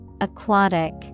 Aquatic